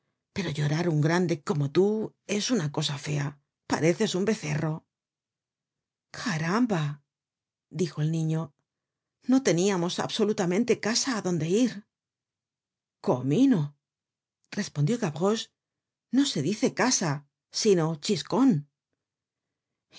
pero llorar un grande como tú es una cosa fea pareces un becerro caramba dijo el niño no teníamos absolutamente casa á donde ir comino respondió gavroche no se dice casa sino chiscon y